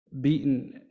beaten